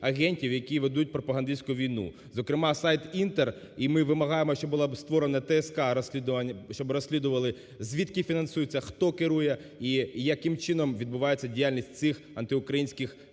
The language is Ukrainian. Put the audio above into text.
агентів, які ведуть пропагандистську війну, зокрема, сайт "Інтер". І ми вимагаємо, щоб була створена ТСК, щоб розслідували, звідки фінансується, хто керує і яким чином відбувається діяльність цих антиукраїнських